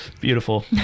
Beautiful